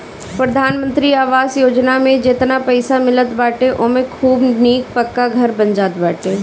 प्रधानमंत्री आवास योजना में जेतना पईसा मिलत बाटे ओमे खूब निक पक्का घर बन जात बाटे